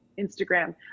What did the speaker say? Instagram